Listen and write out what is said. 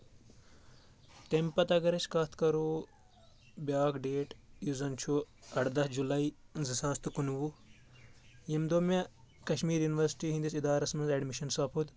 تمہِ پتہٕ اگر أسۍ کتھ کرو بیٛاکھ ڈیٹ یُس زَن چھُ اَردہ جولاے زٕ ساس تہٕ کُنوُہ ییٚمہِ دۄہ مےٚ کشمیٖر یونیورسٹی ہِنٛدِس اِدارس منٛز ایڈمِشن سَپُد